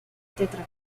teatral